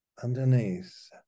underneath